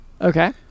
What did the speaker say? Okay